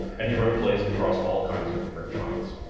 and he wrote plays across all kinds of different genres.